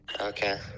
Okay